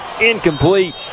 incomplete